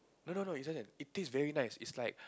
no no no it's just that it taste very nice it's like